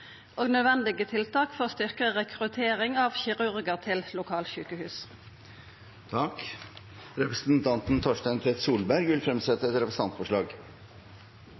og nødvendige tiltak for å styrkja rekruttering av kirurgar til lokalsjukehus. Representanten Torstein Tvedt Solberg vil fremsette et representantforslag.